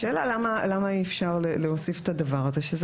השאלה למה אי אפשר להוסיף את הדבר הזה שזה